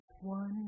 one